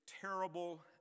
terrible